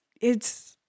it's-